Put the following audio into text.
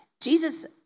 Jesus